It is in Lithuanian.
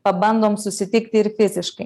pabandom susitikti ir fiziškai